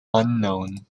unknown